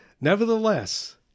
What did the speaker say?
Nevertheless